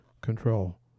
Control